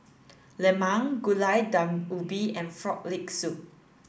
Lemang Gulai Daun Ubi and frog leg soup